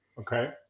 Okay